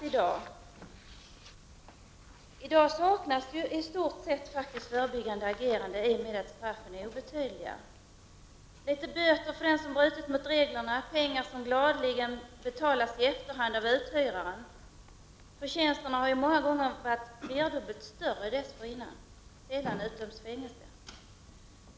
I dag saknas i stort sett förebyggande agerande i och med att straffen är obetydliga. Det blir litet böter för den som brutit mot reglerna — pengar som gladeligen betalas i efterhand av uthyraren. Förtjänsten har många gånger varit flerdubbelt större dessförinnan. Sällan utdöms fängelsestraff.